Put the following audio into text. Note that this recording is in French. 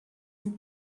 vous